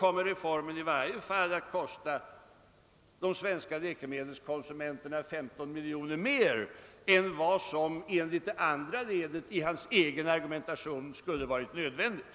kommer reformen i varje fall att kosta de svenska läkemedelskonsumenterna 15 miljoner mer än vad som enligt det andra ledet i socialministerns egen argumentation skulle ha varit nödvändigt.